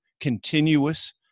continuous